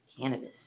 cannabis